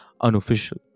unofficial